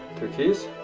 turquoise